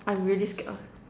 I'm really scared of